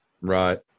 Right